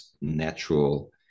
natural